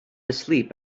asleep